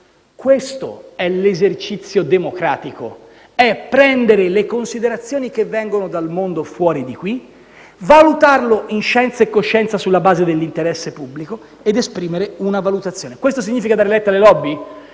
Questo è l'esercizio democratico: prendere le considerazioni che vengono dal mondo fuori di qui, valutarle in scienza e coscienza sulla base dell'interesse pubblico ed esprimere una valutazione. Questo significa dar retta alle *lobby*?